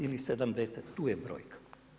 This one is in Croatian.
Ili 70, tu je brojka.